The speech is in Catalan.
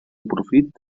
profit